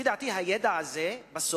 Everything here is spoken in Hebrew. היא היחידה שהשתמשה בו.